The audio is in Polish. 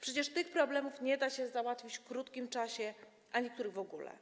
Przecież tych problemów nie da się załatwić w krótkim czasie, a niektórych w ogóle.